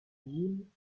nim